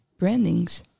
brandings